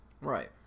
right